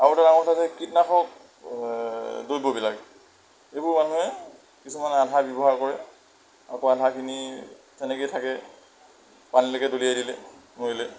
আৰু এটা ডাঙৰ কথা হৈছে কীটনাশক দ্ৰৱ্যবিলাক এইবোৰ মানুহে কিছুমানে আধা ব্যৱহাৰ কৰে আকৌ আধাখিনি তেনেকৈয়ে থাকে পানীলৈকে দলিয়াই দিলে নোৱাৰিলে